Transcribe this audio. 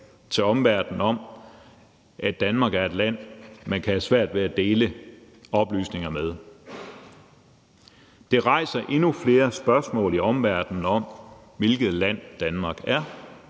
til omverdenen om, at Danmark er et land, man kan have svært ved at dele oplysninger med. Det rejser endnu flere spørgsmål i omverdenen om, hvilket land Danmark er,